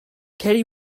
ceri